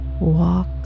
walk